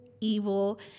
Evil